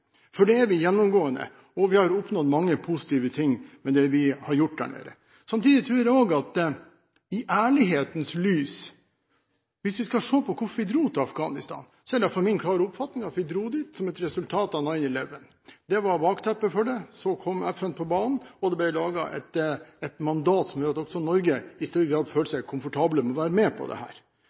for det er vi gjennomgående, og vi har oppnådd mange positive ting med det vi har gjort der nede. Samtidig tror jeg også at hvis vi i ærlighetens lys skal se på hvorfor vi dro til Afghanistan, er det i alle fall min klare oppfatning at vi dro dit som et resultat av «nine-eleven». Det var bakteppet for det. Så kom FN på banen, og det ble laget et mandat som gjorde at også Norge i større grad følte seg komfortabel med å være med på dette. Men jeg tror at det